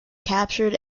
captured